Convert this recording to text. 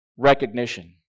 Recognition